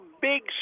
big